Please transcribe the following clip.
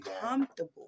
comfortable